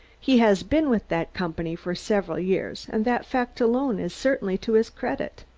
he has been with that company for several years, and that fact alone is certainly to his credit.